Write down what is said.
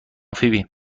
فیبی